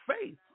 faith